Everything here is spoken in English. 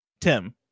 Tim